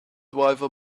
driver